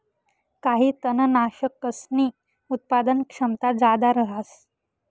काही तननाशकसनी उत्पादन क्षमता जादा रहास